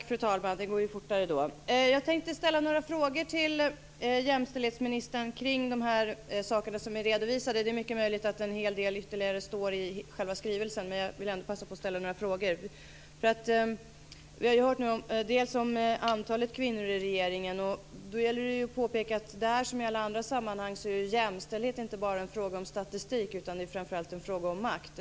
Fru talman! Jag tänkte ställa några frågor till jämställdhetsministern kring det som redovisades. Det är mycket möjligt att en hel del ytterligare står i skrivelsen, men jag vill ändå passa på att ställa dessa frågor. Vi har hört om antalet kvinnor i regeringen. Där är det som i alla andra sammanhang, att jämställdhet inte bara är en fråga om statistik, utan det är framför allt en fråga om makt.